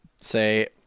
say